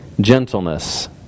gentleness